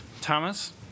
Thomas